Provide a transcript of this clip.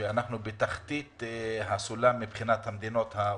שאנחנו בתחתית הסולם מבחינת מדינות ה-OECD.